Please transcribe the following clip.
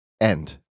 end